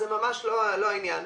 זה ממש לא העניין.